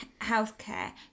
healthcare